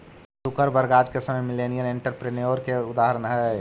Zuckerberg आज के समय में मिलेनियर एंटरप्रेन्योर के उदाहरण हई